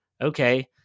Okay